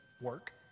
work